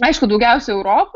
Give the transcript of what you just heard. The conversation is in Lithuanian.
aišku daugiausia europoj